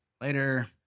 Later